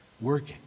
working